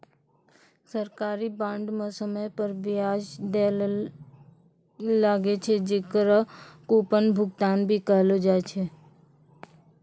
सरकारी बांड म समय पर बियाज दैल लागै छै, जेकरा कूपन भुगतान भी कहलो जाय छै